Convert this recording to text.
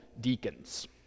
deacons